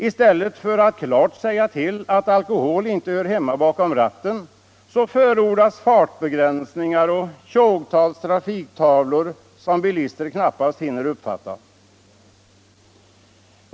I stället för att klart säga ifrån att alkoholpåverkade inte hör hemma bakom ratten föreskriver man fartbegränsningar och sätter upp tjogtals trafiktavlor som bilister knappast hinner uppfatta.